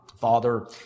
father